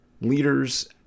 leaders